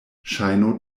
ŝajno